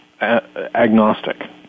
agnostic